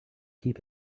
keep